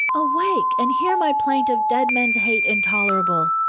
awake, and hear my plaint of dead men's hate intolerable.